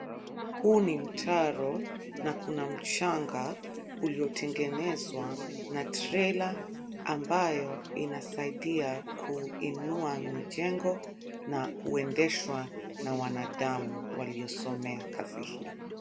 Huu ni mtaro na kuna mchanga ulitengenezwa na trela ambayo inasaidia kuinua mijengo na huendeshwa na wanadamu waliosomea kazi hii.